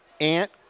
Ant